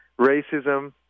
Racism